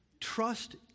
Trust